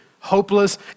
Hopeless